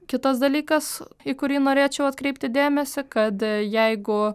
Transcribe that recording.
kitas dalykas į kurį norėčiau atkreipti dėmesį kad jeigu